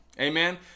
Amen